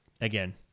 again